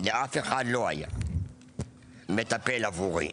לאף אחד לא היה מטפל עבורי.